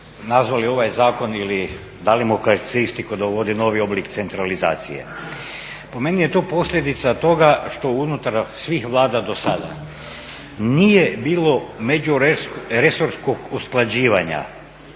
nazvali ovaj zakon ili dali mu karakteristiku da uvodi novi oblik centralizacije. Po meni je to posljedica toga što unutar svih vlada do sada nije bilo međuresorskog usklađivanja